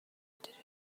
مدیرش